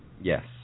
Yes